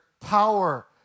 power